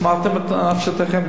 ונשמרתם לנפשותיכם,